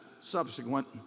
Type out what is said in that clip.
subsequent